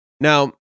Now